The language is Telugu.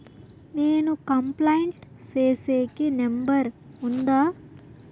నేను కంప్లైంట్ సేసేకి నెంబర్ ఉందా?